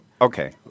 Okay